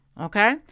Okay